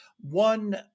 one